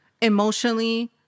emotionally